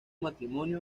matrimonio